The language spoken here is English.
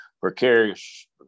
precarious